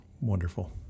wonderful